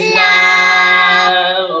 love